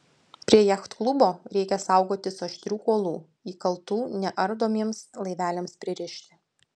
prie jachtklubo reikia saugotis aštrių kuolų įkaltų neardomiems laiveliams pririšti